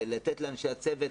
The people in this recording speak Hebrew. לתת לאנשי הצוות